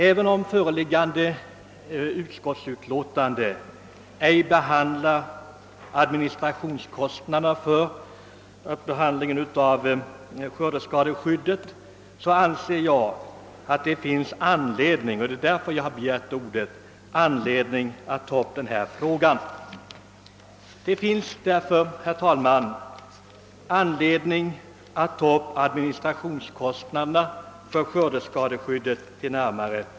Även om föreliggande utlåtande ej behandlar administrationskostnaderna för skördeskadeskyddet, anser jag att det finns anledning att ta upp denna fråga, och detta är skälet till att jag har begärt ordet. Det finns därför anledning, herr talman, att närmare penetrera frågan om administrationskostnaderna för skördeskadeskyddet.